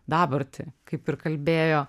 dabartį kaip ir kalbėjo